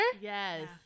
Yes